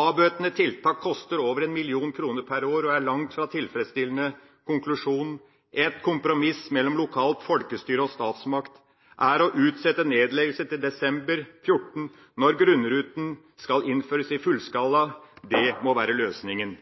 Avbøtende tiltak koster over 1 mill. kr per år og er langt fra tilfredsstillende. Konklusjon: Et kompromiss mellom lokalt folkestyre og statsmakt er å utsette beslutning om nedleggelse til desember 2014 når grunnruten skal innføres i fullskala. Det må være løsningen.